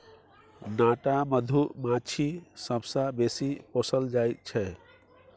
नाटा मधुमाछी सबसँ बेसी पोसल जाइ छै